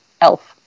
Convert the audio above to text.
elf